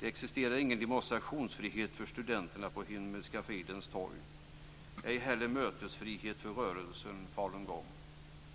Det existerar ingen demonstrationsfrihet för studenter på Himmelska fridens torg, ej heller mötesfrihet för rörelsen falungong.